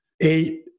eight